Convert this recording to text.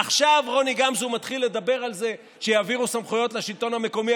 עכשיו רוני גמזו מתחיל לדבר על זה שיעבירו סמכויות לשלטון המקומי.